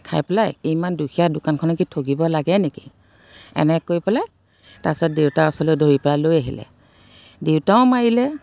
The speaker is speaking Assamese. খাই পেলাই ইমান দুখীয়া দোকানখনক কি ঠগিব লাগে নেকি এনেকৈ কৈ পেলাই তাৰপাছত দেউতাৰ ওচৰলৈ ধৰি পেলাই লৈ আহিলে দেউতাও মাৰিলে